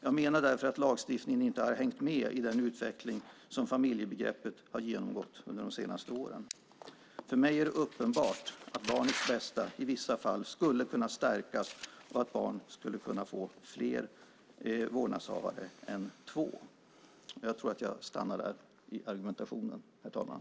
Jag menar därför att lagstiftningen inte har hängt med i den utveckling som familjebegreppet har genomgått under de senaste åren. För mig är det uppenbart att barnets bästa i vissa fall skulle kunna stärkas och att barnet skulle kunna få fler vårdnadshavare än två. Jag stannar där i argumentationen, herr talman.